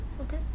Okay